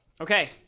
Okay